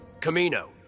camino